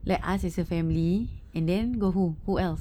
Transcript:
like us as a family and then got who who else